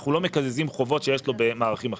אנחנו לא מקזזים חובות שיש לו במערכים האחרים.